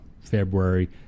February